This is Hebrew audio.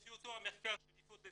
לפי אותו מחקר של --- בצרפת,